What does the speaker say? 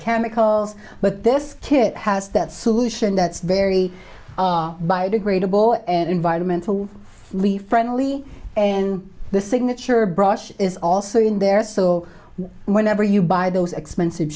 chemicals but this kid has that solution that's very biodegradable and environmental leaf friendly and the signature brush is also in there so whenever you buy those expensive